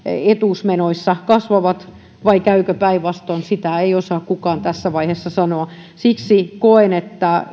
etuusmenoissa kasvavat vai käykö päinvastoin sitä ei osaa kukaan tässä vaiheessa sanoa siksi koen että